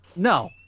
No